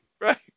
Right